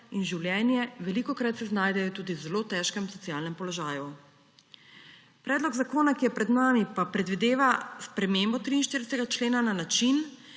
in življenje. Velikokrat se znajdejo tudi v zelo težkem socialnem položaju. Predlog zakona, ki je pred nami, pa predvideva spremembo 43. člena na način,